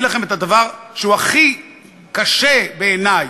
להגיד לכם את הדבר שהוא הכי קשה בעיני: